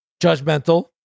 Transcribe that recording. Judgmental